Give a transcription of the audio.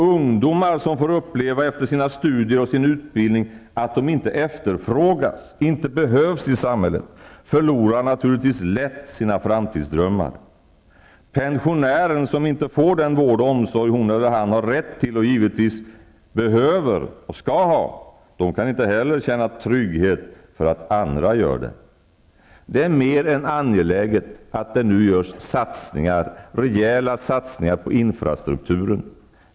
Ungdomar som efter sina studier och sin utbildning får uppleva att de inte efterfrågas, inte behövs i samhället, förlorar naturligtvis lätt sina framtidsdrömmar. Pensionären som inte får den vård och omsorg hon eller han har rätt till, behöver och givetvis skall ha, kan inte heller känna trygghet bara för att andra gör det. Det är än mer angeläget att det nu görs satsningar, rejäla satsningar, på infrastrukturen.